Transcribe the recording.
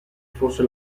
fosse